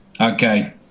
Okay